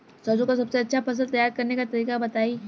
सरसों का सबसे अच्छा फसल तैयार करने का तरीका बताई